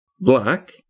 Black